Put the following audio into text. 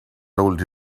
told